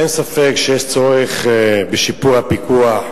אין ספק שיש צורך בשיפור הפיקוח,